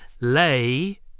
Lay